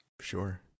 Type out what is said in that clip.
Sure